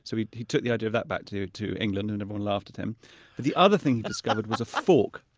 so he he took the idea of that back to england england and everyone laughed at him the other thing he discovered was a fork.